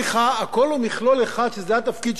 שזה התפקיד שלנו ככנסת